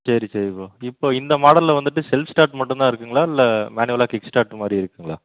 சரி சரி ப்ரோ இப்போ இந்த மாடல்ல வந்துட்டு ஷெல்ப் ஸ்டார்ட் மட்டுந்தான் இருக்குதுங்களா இல்லை மேனுவலா கிக் ஸ்டார்ட் மாதிரியும் இருக்குங்களா